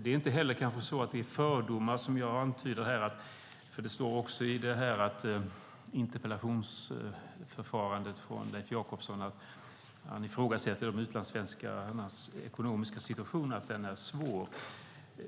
Det är kanske inte heller så att det är fördomar, som jag antyder här. Det står nämligen också i interpellationen från Leif Jakobsson att han ifrågasätter att utlandssvenskarnas ekonomiska situation är svår.